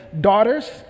daughters